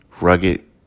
rugged